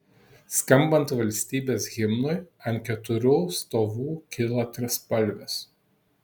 skambant valstybės himnui ant keturių stovų kilo trispalvės